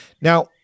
Now